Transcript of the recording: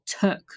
took